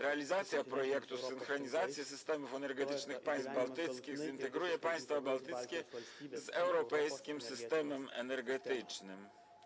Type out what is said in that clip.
Realizacja projektu synchronizacji systemów energetycznych państw bałtyckich zintegruje państwa bałtyckie z europejskim systemem energetycznym.